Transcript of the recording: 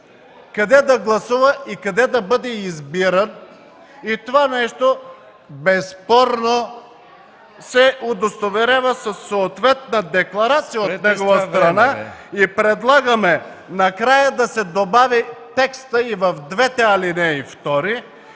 къде да гласува и къде да бъде избиран. Това нещо безспорно се удостоверява със съответна декларация. Предлагаме накрая да се добави текстът и в двете ал. 2 – „и